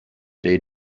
day